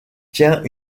tient